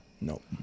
Nope